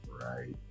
Right